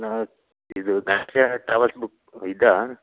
ಇದು travels book ಇದಾ